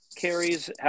carries